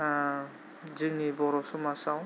जोंनि बर' समाजाव